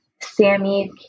Sammy